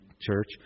church